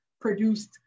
produced